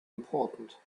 important